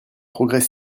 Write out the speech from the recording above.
progrès